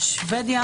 צרפת,